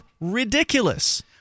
ridiculous